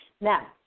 Now